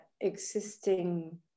existing